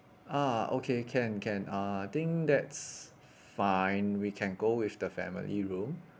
ah okay can can uh I think that's fine we can go with the family room